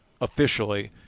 officially